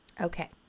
Okay